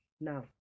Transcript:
Now